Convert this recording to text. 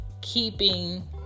keeping